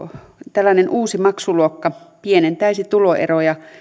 tällainen uusi maksuluokka pienentäisi tuloeroja